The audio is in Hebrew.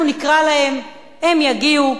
אנחנו נקרא להם, הם יגיעו.